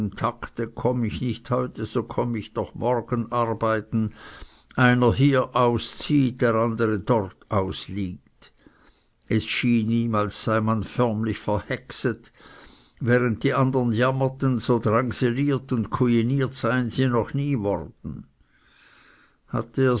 takte komm ich nicht heute so komme ich doch morgen arbeiten einer hieraus zieht der andere dortaus liegt es schien ihm als sei man förmlich verhexet während die andern jammerten so drängseliert und kujiniert seien sie noch nie worden hatte er